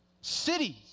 Cities